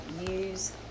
use